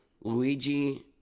Luigi